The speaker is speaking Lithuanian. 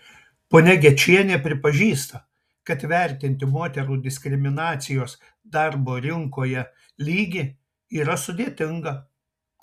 ponia gečienė pripažįsta kad vertinti moterų diskriminacijos darbo rinkoje lygį yra sudėtinga